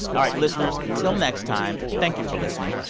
all right, listeners, till next time, thank you for listening.